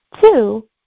Two